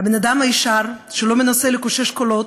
באדם הישר, שלא מנסה לקושש קולות,